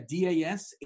DAS